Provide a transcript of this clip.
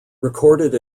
recorded